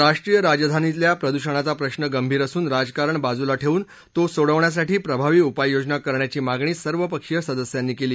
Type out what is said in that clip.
राष्ट्रीय राजधानीतल्या प्रदूषणाचा प्रश्न गंभीर असून राजकारण बाजूला ठेवून तो सोडवण्यासाठी प्रभावी उपाययोजना करण्याची मागणी सर्व पक्षीय सदस्यांनी केली